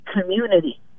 community